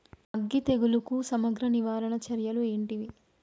అగ్గి తెగులుకు సమగ్ర నివారణ చర్యలు ఏంటివి?